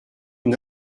une